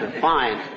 Fine